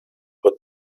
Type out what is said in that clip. wird